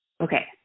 okay